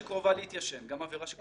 גם עבירה שקרובה להתיישן.